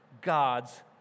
God's